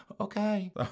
Okay